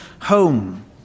home